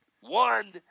one